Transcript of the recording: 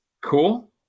cool